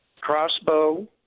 crossbow